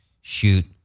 shoot